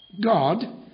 God